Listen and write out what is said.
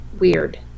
weird